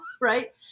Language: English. Right